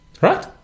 Right